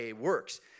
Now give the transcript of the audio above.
works